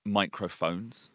microphones